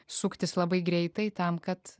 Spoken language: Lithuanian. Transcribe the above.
suktis labai greitai tam kad